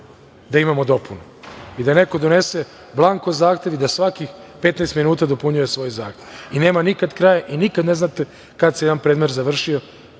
da imamo dopunu i da neko donese blanko zahtev i da svakih 15 minuta dopunjuje svoj zahtev i nema nikad kraja i nikada ne znate kad se jedan predmet završio